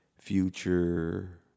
future